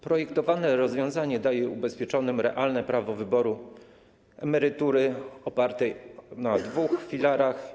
Projektowane rozwiązanie daje ubezpieczonym realne prawo wyboru emerytury opartej na dwóch filarach.